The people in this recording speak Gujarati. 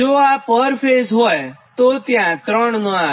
જો આ પર ફેઝ હોયતો ૩ ત્યાં ન આવે